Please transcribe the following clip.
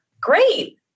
great